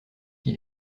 qui